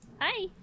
Hi